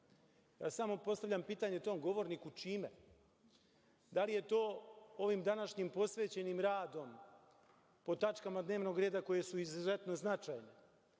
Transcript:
Samo postavljam pitanje tom govorniku – čime? Da li je to ovim današnjim posvećenim radom po tačkama dnevnog reda koje su izuzetno značajne